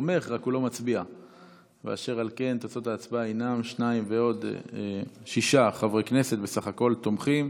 תוצאות ההצבעה: שישה חברי כנסת תומכים.